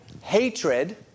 hatred